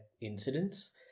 incidents